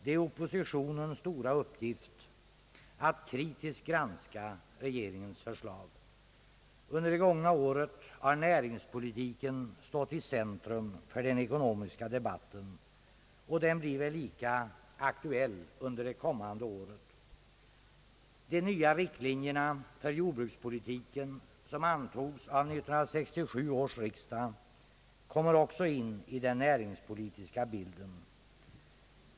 Det är oppositionens stora uppgift att kritiskt granska regeringens förslag. Under det gångna året har näringspolitiken stått i centrum för den ekonomiska debatten, och den blir väl lika aktuell under det kommande året. De nya riktlinjerna för jordbrukspolitiken, som antogs av 1967 års riksdag, kommer också in i den näringspolitiska bilden.